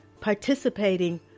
participating